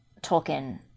Tolkien